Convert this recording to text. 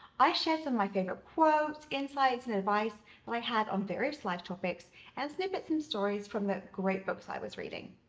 i shared some of my favorite quotes, insights and advice that i had on various life topics and snippets and stories from the great books i was reading.